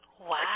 Wow